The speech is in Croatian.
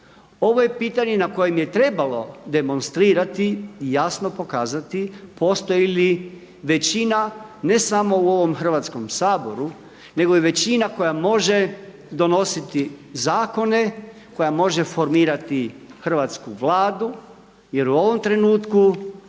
Ovo je pitanje na kojem je trebalo demonstrirati i jasno pokazati postoji li većina ne samo u ovom Hrvatskom saboru nego i većina koja može donositi zakone, koja može formirati hrvatsku Vladu jer u ovom trenutku